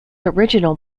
original